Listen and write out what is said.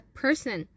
person